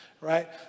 right